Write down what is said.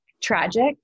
tragic